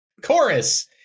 chorus